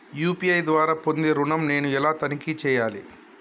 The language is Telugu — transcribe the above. యూ.పీ.ఐ ద్వారా పొందే ఋణం నేను ఎలా తనిఖీ చేయాలి?